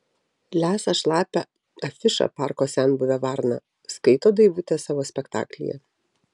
lesa šlapią afišą parko senbuvė varna skaito daivutė savo spektaklyje